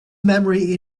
memory